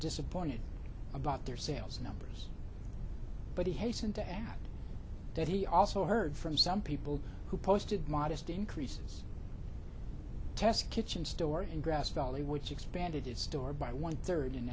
disappointed about their sales numbers but he hastened to add that he also heard from some people who posted modest increases test kitchen store in grass valley which expanded its store by one third